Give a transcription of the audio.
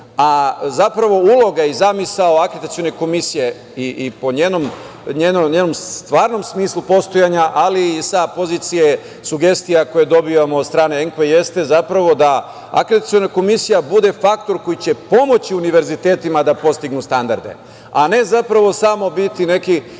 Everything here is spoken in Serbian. Zapravo uloga i zamisao akreditacione komisije i po njenom stvarnom smislu postojanja, ali i sa pozicije sugestija koje dobijamo od strane, jeste zapravo da akreditaciona komisija bude faktor koji će pomoći univerzitetima da postignu standarde, a ne zapravo samo biti neki